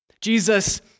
Jesus